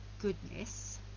Goodness